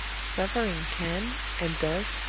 suffering can, and does,